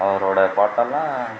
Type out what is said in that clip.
அவரோடய பாட்டெல்லாம்